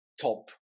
top